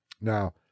Now